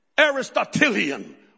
Aristotelian